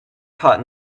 caught